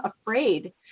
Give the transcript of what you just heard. afraid